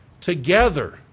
together